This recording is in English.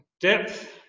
depth